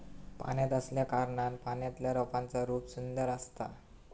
पाण्यात असल्याकारणान पाण्यातल्या रोपांचा रूप सुंदर असता